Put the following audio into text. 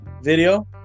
video